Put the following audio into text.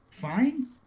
fine